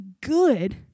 good